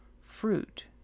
fruit